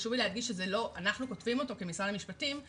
חשוב לי להדגיש שאנחנו כמשרד המשפטים כותבים